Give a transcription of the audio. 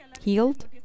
healed